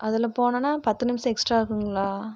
அதில் போனோம்னா பத்து நிமிடம் எக்ஸ்ட்ரா ஆகுங்களா